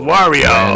Wario